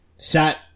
Shot